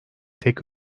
tek